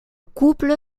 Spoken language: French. couple